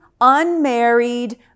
unmarried